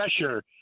pressure